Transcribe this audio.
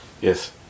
Yes